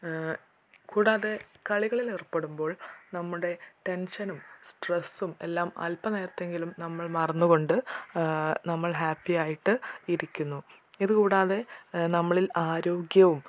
കൂടാതെ കളികളിൽ ഏർപ്പെടുമ്പോൾ നമ്മുടെ ടെൻഷനും സ്ട്രെസും എല്ലാം അല്പ നേരത്തെങ്കിലും നമ്മൾ മറന്ന് കൊണ്ട് നമ്മൾ ഹാപ്പി ആയിട്ട് ഇരിക്കുന്നു ഇത് കൂടാതെ നമ്മളിൽ ആരോഗ്യവും